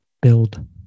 build